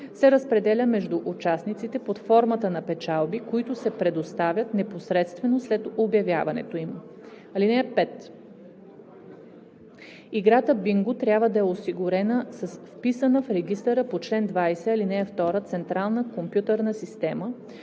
се разпределя между участниците под формата на печалби, които се предоставят непосредствено след обявяването им. (5) Играта бинго трябва да е осигурена с вписана в регистъра по чл. 20, ал. 2 централна компютърна система,